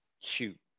shoot